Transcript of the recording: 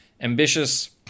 Ambitious